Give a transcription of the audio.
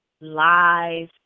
lies